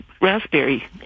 raspberry